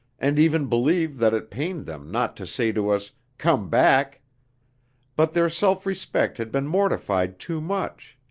and even believe that it pained them not to say to us come back but their self-respect had been mortified too much.